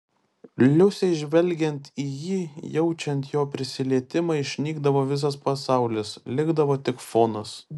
liusei žvelgiant į jį jaučiant jo prisilietimą išnykdavo visas pasaulis likdavo tik fonas